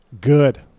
Good